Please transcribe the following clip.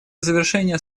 завершения